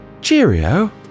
Cheerio